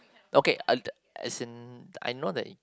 okay a li~ as in I know that